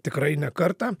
tikrai ne kartą